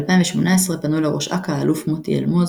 ב-2018 פנו לראש אכ"א האלוף מוטי אלמוז